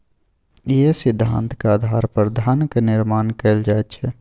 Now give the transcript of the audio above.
इएह सिद्धान्तक आधार पर धनक निर्माण कैल जाइत छै